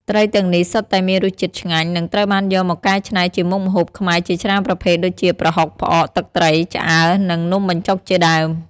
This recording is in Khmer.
ត្រីទាំងនេះសុទ្ធតែមានរសជាតិឆ្ងាញ់ និងត្រូវបានយកមកកែច្នៃជាមុខម្ហូបខ្មែរជាច្រើនប្រភេទ ដូចជា ប្រហុក ផ្អក ទឹកត្រី ឆ្អើរ និងនំបញ្ចុកជាដើម។